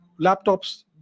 laptops